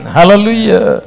Hallelujah